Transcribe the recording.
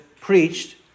preached